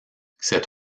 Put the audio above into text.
cet